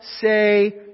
say